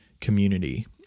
community